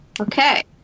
Okay